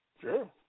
Sure